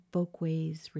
Folkways